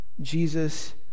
Jesus